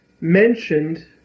mentioned